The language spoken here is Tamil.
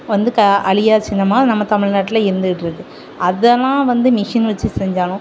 வந்து கா அழியா சின்னமாக நம்ம தமிழ்நாட்டில் இருந்துக்கிட்டுருக்கு அதெல்லாம் வந்து மிஷின் வச்சு செஞ்சாலும்